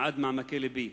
עד מעמקי לבי.